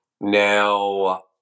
now